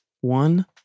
One